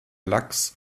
lachs